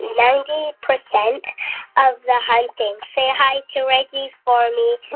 ninety percent of the hunting. say hi to reggie for me.